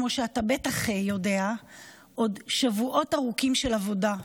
ואתה בטח יודע שיש עוד שבועות ארוכים של עבודה,